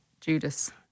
Judas